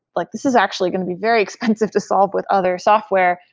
like this is actually going to be very expensive to solve with other software.